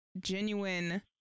genuine